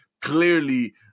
clearly